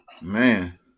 Man